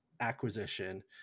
acquisition